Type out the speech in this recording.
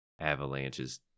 avalanches